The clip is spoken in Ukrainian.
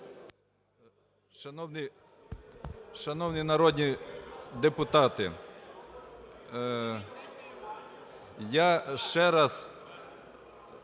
Шановні народні депутати, я ще раз